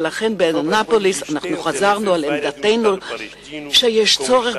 ולכן באנאפוליס חזרנו על עמדתנו שיש צורך